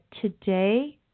today